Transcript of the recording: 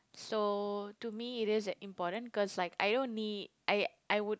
so to me it is an important cause I don't need I I would